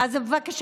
אז בבקשה,